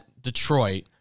Detroit –